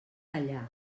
allà